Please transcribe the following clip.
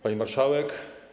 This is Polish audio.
Pani Marszałek!